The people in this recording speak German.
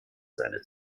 seine